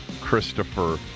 Christopher